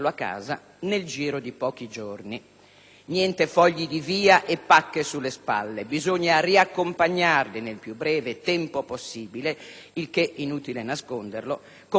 Niente fogli di via e pacche sulle spalle. Bisogna riaccompagnarli, nel più breve tempo possibile, il che - è inutile nasconderlo - comporta una spesa piuttosto elevata.